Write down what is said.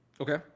Okay